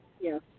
yes